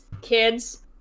kids